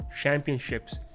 Championships